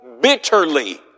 bitterly